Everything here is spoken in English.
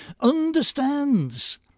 understands